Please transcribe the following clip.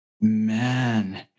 Man